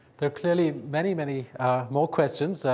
there are clearly many, many more questions,